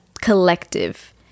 collective